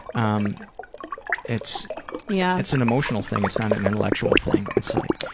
um it's yeah it's an emotional thing. it's not an intellectual thing. it's like.